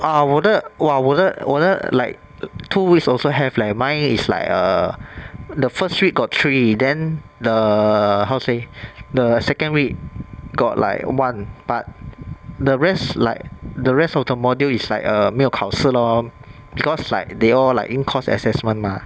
ah 我的 !wah! 我的我的 like two weeks also have leh mine is like err the first week got three then the err how say the second week got like one but the rest like the rest of the module is like err 没有考试 lor because like they all like in course assessment mah